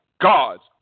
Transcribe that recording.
God's